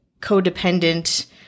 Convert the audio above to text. codependent